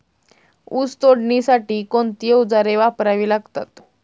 ऊस तोडणीसाठी कोणती अवजारे वापरावी लागतात?